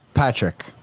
Patrick